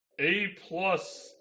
A-plus